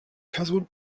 person